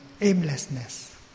aimlessness